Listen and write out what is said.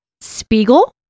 Spiegel